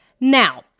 Now